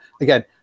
Again